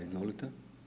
Izvolite.